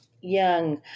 young